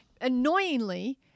annoyingly